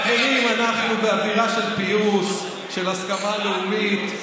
חברים, אנחנו באווירה של פיוס, של הסכמה לאומית.